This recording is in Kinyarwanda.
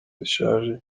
zishaje